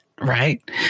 Right